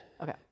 Okay